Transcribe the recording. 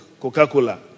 coca-cola